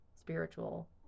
spiritual